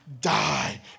die